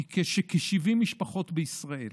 היא שכ-70 משפחות בישראל